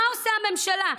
מה עושה הממשלה?